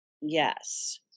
Yes